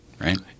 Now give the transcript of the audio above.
right